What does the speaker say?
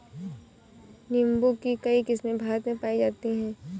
नीम्बू की कई किस्मे भारत में पाई जाती है